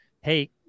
Hey